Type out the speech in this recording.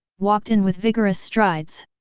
walked in with vigorous strides.